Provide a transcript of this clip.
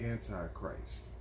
Antichrist